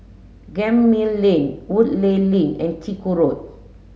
Gemmill Lane Woodleigh Link and Chiku Road